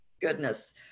goodness